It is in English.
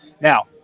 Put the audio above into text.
Now